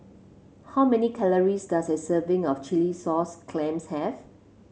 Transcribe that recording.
how many calories does a serving of Chilli Sauce Clams have